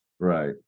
Right